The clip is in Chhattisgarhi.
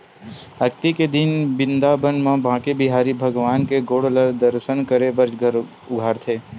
अक्ती के दिन बिंदाबन म बाके बिहारी भगवान के गोड़ ल दरसन करे बर उघारथे